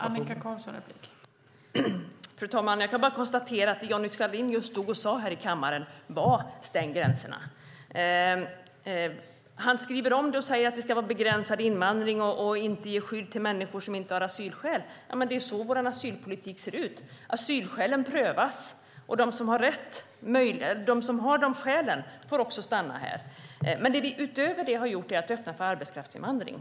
Fru talman! Jag kan bara konstatera att det Johnny Skalin just sade var: Stäng gränserna! Han skriver om det och säger att det ska vara begränsad invandring och att vi inte ska ge skydd till människor som inte har asylskäl. Jamen det är ju så vår asylpolitik ser ut! Asylskälen prövas, och de som har skäl får också stanna här. Det vi utöver detta har gjort är att öppna för arbetskraftsinvandring.